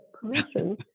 permission